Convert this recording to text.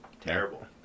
Terrible